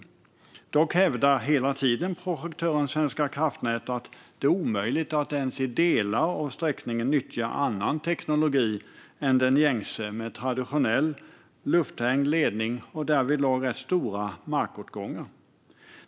Projektören Svenska kraftnät hävdar dock hela tiden att det är omöjligt att ens i delar av sträckningen nyttja annan teknologi än den gängse, det vill säga traditionell lufthängd ledning med därtill stor markåtgång.